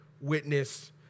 witness